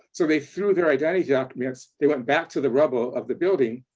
so they threw their identity documents, they went back to the rubble of the building,